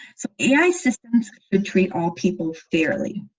so ai systems should treat all people fairly.